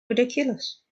ridiculous